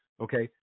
Okay